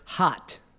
Hot